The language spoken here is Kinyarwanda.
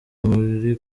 muri